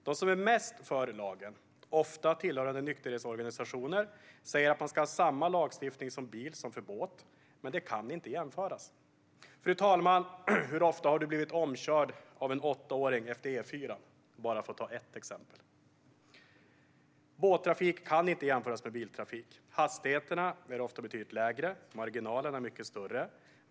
De som är mest för lagen - ofta tillhörande nykterhetsorganisationer - säger att man ska ha samma lagstiftning för bil som för båt. Men det kan inte jämföras. Bara för att ta ett exempel, fru talman: Hur ofta har du blivit omkörd av en åttaåring på E4:an? Båttrafik kan inte jämföras med biltrafik. Hastigheterna är ofta betydligt lägre och marginalerna mycket större.